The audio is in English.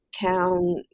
town